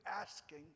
asking